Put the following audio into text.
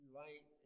light